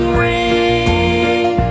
ring